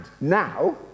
now